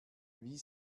wie